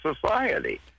society